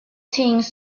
things